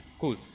cool